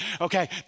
Okay